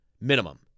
Minimum